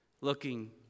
Looking